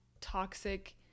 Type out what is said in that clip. toxic